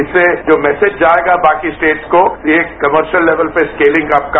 इससे जो मैसेज जाएगा बाकी स्टेट को ये एक कर्मशियल लेवल पर स्केलिंग आपका